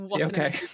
Okay